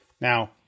Now